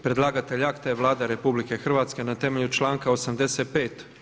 Predlagatelj akta je Vlada RH na temelju članka 85.